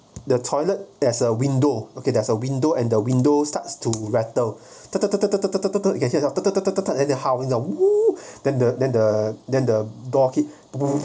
the toilet there's a window okay there's a window and the window starts to rattle tat tat tat tat tat tat you can hear tat tat tat tat and they howling !woo! !woo! !woo! then the then the than the door keep pom pom